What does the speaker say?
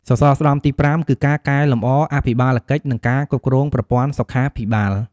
សសរស្តម្ភទី៥គឺការកែលម្អអភិបាលកិច្ចនិងការគ្រប់គ្រងប្រព័ន្ធសុខាភិបាល។